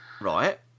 Right